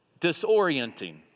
disorienting